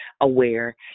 aware